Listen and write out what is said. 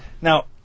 Now